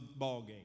ballgame